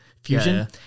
Fusion